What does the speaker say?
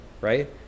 right